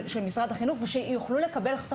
משרד החינוך ושיוכלו לקבל את החומרים,